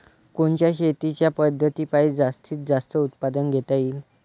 कोनच्या शेतीच्या पद्धतीपायी जास्तीत जास्त उत्पादन घेता येईल?